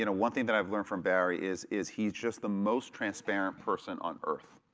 you know one thing that i've learned from barry is is he's just the most transparent person on earth,